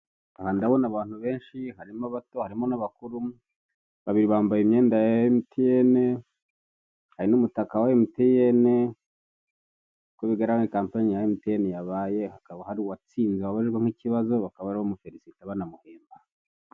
Aha ndabona abantu benshi, harimo bato, harimo n'abakuru, babiri bambaye imyenda ya MTN, hari n'umutaka wa MTN, uko bigaragara hari ni kampeyini ya MTN yabaye, hakaba hari uwatsinze, wabajijwe nk'ikibazo, bakaba bariho bamuferesita, banamuhemba.